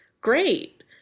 great